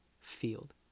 field